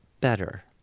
better